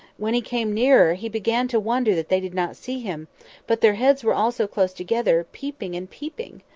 when he came nearer, he began to wonder that they did not see him but their heads were all so close together, peeping and peeping!